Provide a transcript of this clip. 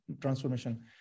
transformation